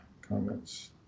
comments